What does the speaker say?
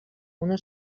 una